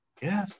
Yes